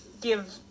give